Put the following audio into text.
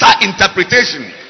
interpretation